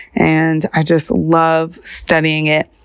and i just love studying it.